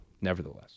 nevertheless